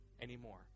anymore